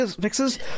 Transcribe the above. fixes